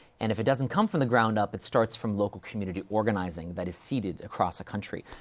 and if it doesn't come from the ground up, it starts from local community organizing that is seeded across a country.